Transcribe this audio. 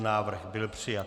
Návrh byl přijat.